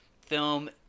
film